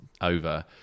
over